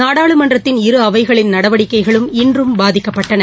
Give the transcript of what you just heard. நாடாளுமன்றத்தின் இரு அவைகளின் நடவடிக்கைகளும் இன்றும் பாதிக்கப்பட்டன